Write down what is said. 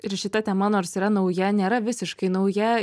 ir šita tema nors yra nauja nėra visiškai nauja